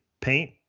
paint